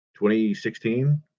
2016